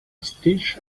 stitch